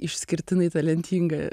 išskirtinai talentinga